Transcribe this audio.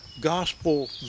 gospel